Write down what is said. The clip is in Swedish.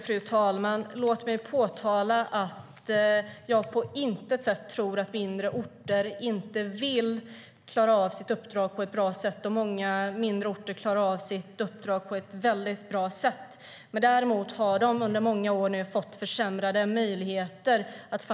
Fru talman! Låt mig framhålla att jag på intet sätt tror att mindre orter inte vill klara av sitt uppdrag på ett bra sätt. Många mindre orter klarar av sitt uppdrag på ett väldigt bra sätt. Däremot har de under många år fått försämrade möjligheter att